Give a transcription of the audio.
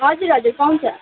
हजुर हजुर पाउँछ